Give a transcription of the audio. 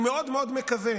אני מאוד מאוד מקווה.